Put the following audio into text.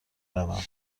روم